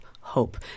hope